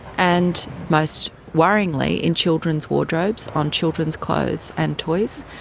and, most worryingly, in children's wardrobes, on children's clothes and toys.